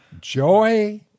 joy